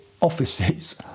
offices